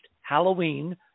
Halloween